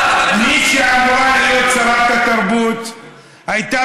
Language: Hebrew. מי שאמורה להיות שרת התרבות הייתה